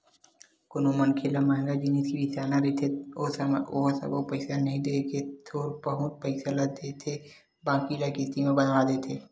कोनो मनखे ल मंहगा जिनिस बिसाना रहिथे ओ समे ओहा सबो पइसा नइ देय के थोर बहुत पइसा देथे बाकी ल किस्ती म बंधवा देथे